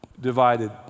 divided